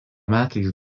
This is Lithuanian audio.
metais